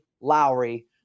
Lowry